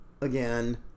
Again